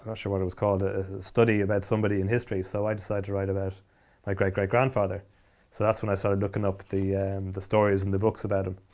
sure what it was called, a study about somebody in history. so i decide to write about my great great grandfather. so that's when i started looking up the the stories in the books about him.